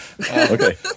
Okay